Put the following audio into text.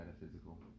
metaphysical